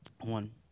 one